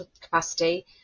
capacity